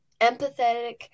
empathetic